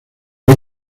del